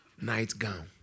nightgown